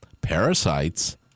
parasites